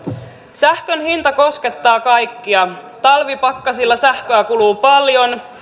sähkön hinta koskettaa kaikkia talvipakkasilla sähköä kuluu paljon